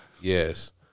Yes